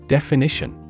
Definition